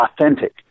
authentic